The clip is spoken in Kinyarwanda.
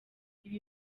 ibi